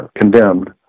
condemned